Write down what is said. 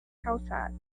calçada